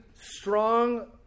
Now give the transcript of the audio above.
strong